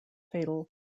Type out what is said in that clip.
fatal